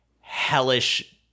hellish